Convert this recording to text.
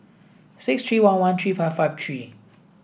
six three one one three five five three